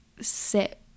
sit